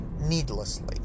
needlessly